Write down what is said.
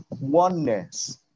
oneness